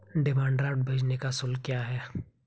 Demand draft भेजने का शुल्क क्या है?